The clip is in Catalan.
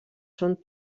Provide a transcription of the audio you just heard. són